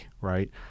right